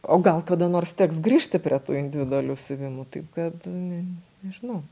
o gal kada nors teks grįžti prie tų individualių siuvimų taip kad nežinau